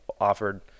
offered